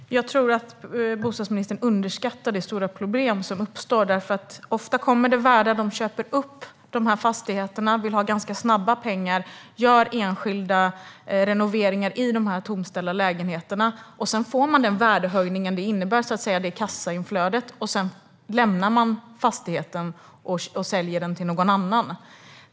Herr talman! Jag tror att bostadsministern underskattar det stora problem som uppstår. Ofta kommer det värdar som köper upp fastigheterna och vill ha ganska snabba pengar. De gör enskilda renoveringar i de tomställda lägenheterna och får den värdehöjning och det kassainflöde detta innebär. Sedan lämnar de fastigheten och säljer den till någon annan.